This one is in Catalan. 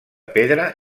pedra